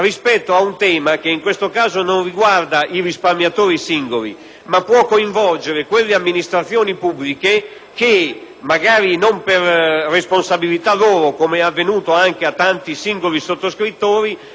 rispetto ad un tema che in questo caso non riguarda i risparmiatori singoli, ma può coinvolgere quelle amministrazioni pubbliche che, magari non per responsabilità loro, come è avvenuto anche a tanti singoli sottoscrittori,